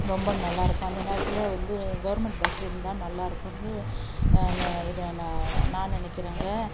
ரொம்ப நல்லாயிருக்கும் அந்த நேரத்தில் வந்து கவர்மெண்ட் பஸ் இருந்தால் நல்லாயிருக்கும்னு ந நான் நான் நினைக்கிறேங்க